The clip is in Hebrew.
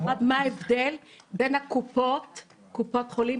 מה ההבדל בין קופות החולים,